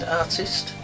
artist